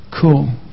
cool